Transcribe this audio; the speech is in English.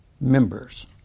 members